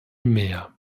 mehr